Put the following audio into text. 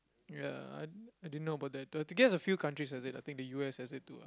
ya I I didn't know about that but to guess I think a few countries has it I think the u_s has it too ah